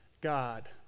God